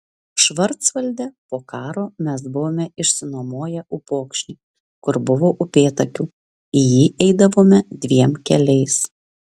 švarcvalde po karo mes buvome išsinuomoję upokšnį kur buvo upėtakių į jį eidavome dviem keliais